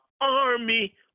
army